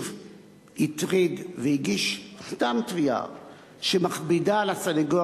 הטריד והגיש סתם תביעה שמכבידה על הסניגוריה